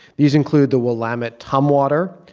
these include the willamette tumwater,